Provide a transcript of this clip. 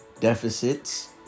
deficits